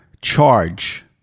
charge